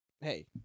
hey